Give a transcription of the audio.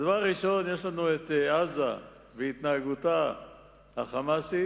הדבר הראשון, יש לנו עזה והתנהגותה ה"חמאסית",